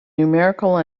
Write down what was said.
numerical